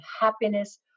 happiness